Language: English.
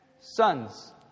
sons